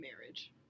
marriage